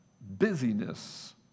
Busyness